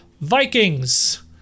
Vikings